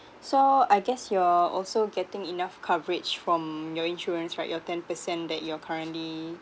so I guess you're also getting enough coverage from your insurance right your ten percent that you are currently